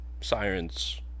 sirens